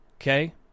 okay